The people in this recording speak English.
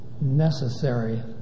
necessary